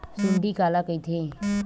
सुंडी काला कइथे?